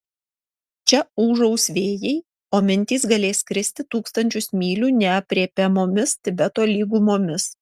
čia ūžaus vėjai o mintys galės skristi tūkstančius mylių neaprėpiamomis tibeto lygumomis